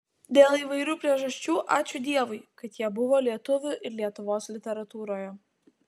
dėl įvairių priežasčių ačiū dievui kad jie buvo lietuvių ir lietuvos literatūroje